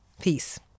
Peace